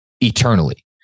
eternally